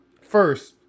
first